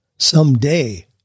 Someday